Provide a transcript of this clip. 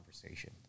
conversation